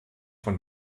von